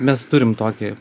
mes turim tokį